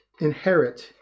inherit